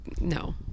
No